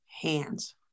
hands